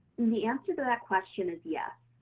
the answer to that question is yes,